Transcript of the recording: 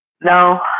No